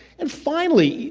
and finally,